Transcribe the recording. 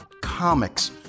comics